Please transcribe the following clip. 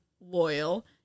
loyal